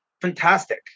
fantastic